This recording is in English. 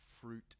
fruit